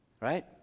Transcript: Right